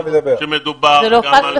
אני רוצה להזכיר לכולם שמדובר גם על